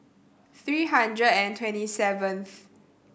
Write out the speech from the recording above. three hundred and twenty seven